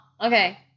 okay